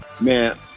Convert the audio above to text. Man